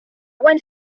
went